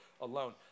alone